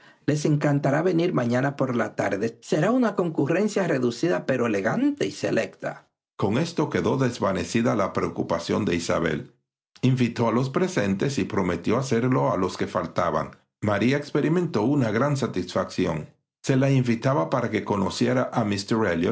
les encantará venir mañana por la tarde será una concurrencia reducida pero elegante y selecta con esto quedó desvanecida la preocupación de isabel invitó a los presentes y prometió hacerlo a los que faltaban maría experimentó una gran satisfacción se la invitaba para que conociera a